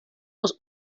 was